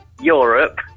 Europe